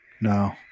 No